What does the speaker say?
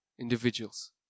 individuals